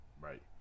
Right